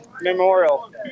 Memorial